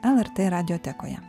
lrt radiotekoje